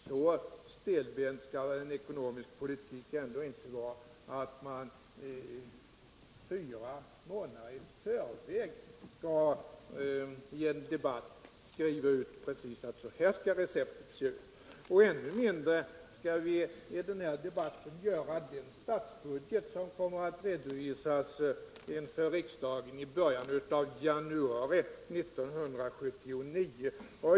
Så stelbent skall väl inte en ekonomisk politik vara att man fyra månader i förväg i en debatt skriver ut ett recept och säger: Så här skall receptet se ut! Ännu mindre skall vi i den här debatten göra upp den statsbudget som kommer att redovisas inför riksdagen i början av januari 1979.